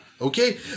Okay